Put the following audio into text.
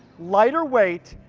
lighter weight,